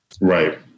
Right